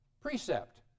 precept